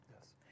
Yes